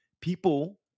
people